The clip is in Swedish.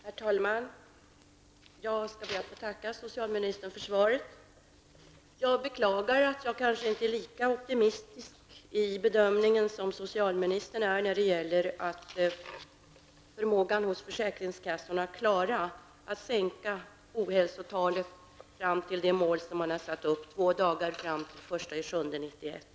Herr talman! Jag skall be att få tacka socialministern för svaret. Jag beklagar att jag kanske inte är lika optimistisk i bedömningen som socialministern när det gäller försäkringskassornas förmåga att sänka ohälsotalet och nå det mål som har satts upp, nämligen att minska sjukfrånvaron med två dagar fram till den 1 juli 1991.